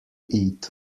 eat